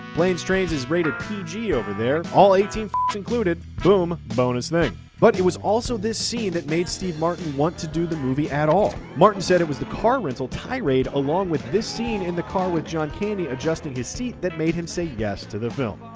planes, trains is rated pg over there, all eighteen included, boom, bonus thing. but it was also this scene that made steve martin want to do the movie at all. martin said it was the car rental tirade along with this scene in the car with john candy adjusting his seat that made him say yes to the film.